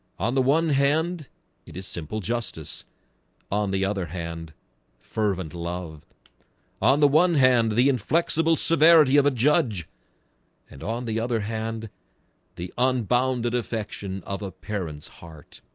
on the one hand in his simple justice on the other hand fervent love on the one hand the inflexible severity of a judge and on the other hand the unbounded affection of a parent's heart